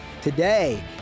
Today